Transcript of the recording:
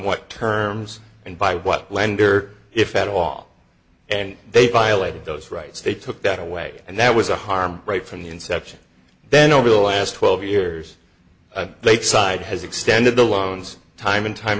what terms and by what lender if at all and they violated those rights they too that a way and that was a harm right from the inception then over the last twelve years late side has extended the loans time and time